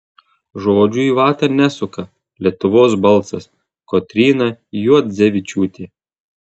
žodžių į vatą nesuka lietuvos balsas kotryna juodzevičiūtė